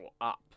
up